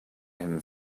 him